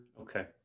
Okay